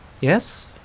Yes